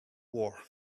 war